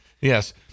yes